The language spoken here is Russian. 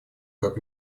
как